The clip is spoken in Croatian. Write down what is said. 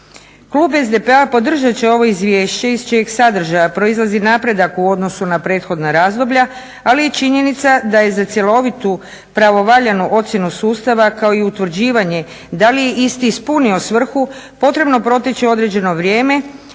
Klub SDP-a podržati će ovo izvješće iz čijeg sadržaja proizlazi napredak u odnosu na prethodna razdoblja, ali je činjenica da je za cjelovitu pravovaljanu ocjenu sustava kao i utvrđivanje da li je isti ispunio svrhu potrebno proteći određeno vrijeme